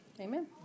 amen